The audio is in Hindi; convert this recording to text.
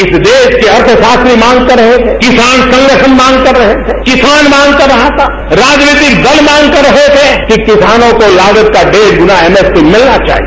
इस देश के अर्थशास्त्री मांग कर रहे थे किसान संगठन मांग कर रहे थे किसान मांग कर रहा था राजनीतिक दल मांग कर रहे थे कि किसानों को लाभों का डेढ गुना एगएसपी मिलना चाहिए